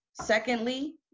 secondly